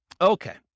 Okay